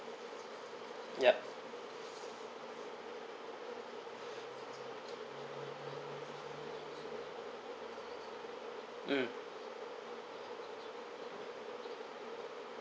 ya mm